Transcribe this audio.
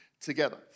together